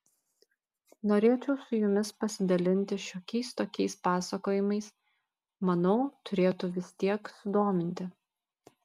norėčiau su jumis pasidalinti šiokiais tokiais pasakojimais manau turėtų vis tiek sudominti